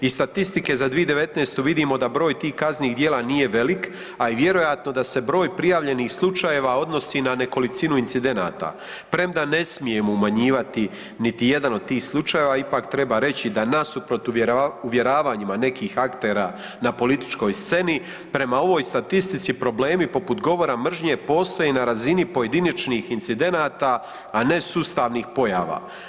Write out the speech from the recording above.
Iz statistike za 2019. vidimo da broj tih kaznenih djela nije velik, a i vjerojatno da se broj prijavljenih slučajeva odnosi na nekolicinu incidenata, premda ne smijemo umanjivati niti jedan od tih slučajeva ipak treba reći da nasuprot uvjeravanjima nekih aktera na političkoj sceni prema ovoj statistici problemi poput govora mržnje postoje na razini pojedinačnih incidenata, a ne sustavnih pojava.